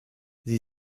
sie